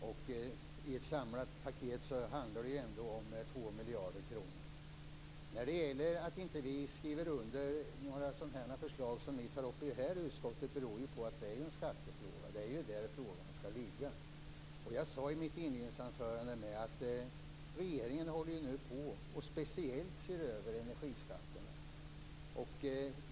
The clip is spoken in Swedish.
I ett samlat paket handlar det ändå om Att vi inte skriver under sådana förslag som ni tar upp i det här utskottet beror på att det är en skattefråga. Det är i skatteutskottet frågan skall ligga. Jag sade i mitt inledningsanförande att regeringen nu håller på att speciellt se över energiskatterna.